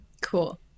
Cool